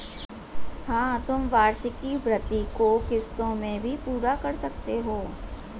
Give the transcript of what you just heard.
हाँ, तुम वार्षिकी भृति को किश्तों में भी चुका सकते हो